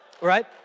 right